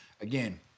again